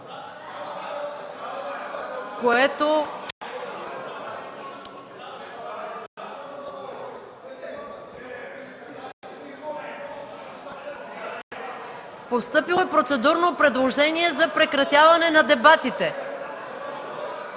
от ГЕРБ.) Постъпило е процедурно предложение за прекратяване на дебатите.